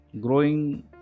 Growing